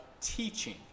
teaching